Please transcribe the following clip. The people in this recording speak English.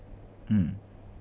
mm